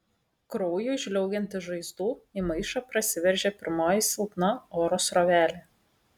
kraujui žliaugiant iš žaizdų į maišą prasiveržė pirmoji silpna oro srovelė